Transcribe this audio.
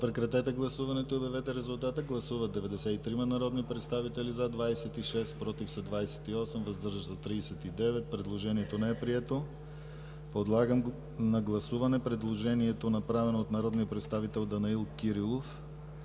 парламентарната трибуна. Гласували 93 народни представители: за 26, против 28, въздържали се 39. Предложението не е прието. Подлагам на гласуване предложението, направено от народния представител Данаил Кирилов